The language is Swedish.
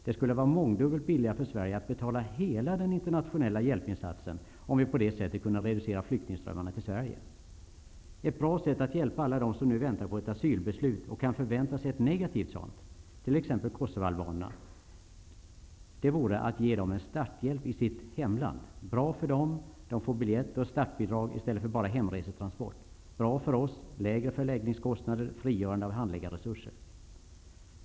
Det skulle vara mångdubbelt billigare för Sverige att betala hela den internationella hjälpinsatsen om vi på det sättet kunde reducera flyktingströmmarna till Sverige. Ett bra sätt att hjälpa alla dem som nu väntar på ett asylbeslut och kan förvänta sig ett negativt sådant, t.ex. kosovoalbanerna, vore att ge dem en starthjälp i sitt hemland. Det är bra för dem -- de får biljett och ett startbidrag i stället för bara en hemresetransport. Det är bra för oss -- det innebär lägre förläggningskostnader och frigörande av handläggarresurser.